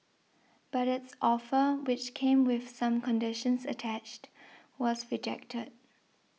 but its offer which came with some conditions attached was rejected